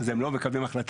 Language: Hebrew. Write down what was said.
אז הם לא מקבלים החלטה.